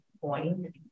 point